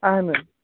اَہَن حظ